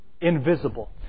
invisible